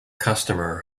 customer